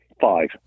five